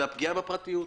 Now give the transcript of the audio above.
זו הפגיעה בפרטיות.